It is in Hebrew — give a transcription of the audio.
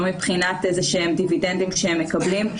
לא מבחינת איזשהם דיווידנדים שהם מקבלים.